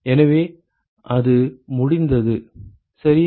எனவே அது முடிந்தது சரியா